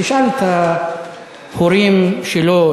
תשאל את ההורים שלו,